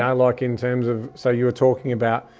i like in terms of, so you were talking about,